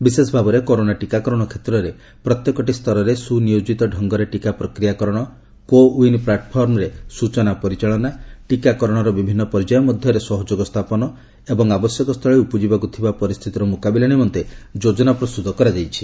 ବିଶେଷ ଭାବରେ କରୋନା ଟିକାକରଣ କ୍ଷେତ୍ରରେ ପ୍ରତ୍ୟେକଟି ସ୍ତରରେ ସୁନିୟୋଜିତ ଢଙ୍ଗରେ ଟିକା ପ୍ରକ୍ରିୟାକରଣ କୋ ଓ୍ପିନ୍ ପ୍ଲାଟଫର୍ମରେ ସୂଚନା ପରିଚାଳନା ଟିକାକରଣର ବିଭିନ୍ନ ପର୍ଯ୍ୟାୟ ମଧ୍ୟରେ ସହଯୋଗ ସ୍ଥାପନ ଏବଂ ଆବଶ୍ୟକ ସ୍ଥୁଳେ ଉପୁଜିବାକୁ ଥିବା ପରିସ୍ଥିତିର ମୁକାବିଲା ନିମନ୍ତେ ଯୋଜନା ପ୍ରସ୍ତୁତ କରାଯାଇଛି